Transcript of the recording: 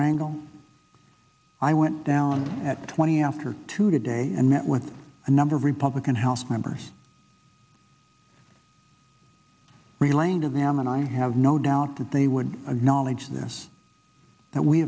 chairman rangle i went down at twenty after two today and met with a number of republican house members relaying of them and i have no doubt that they would of knowledge this that we